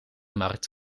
markt